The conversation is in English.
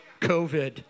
COVID